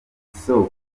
isoko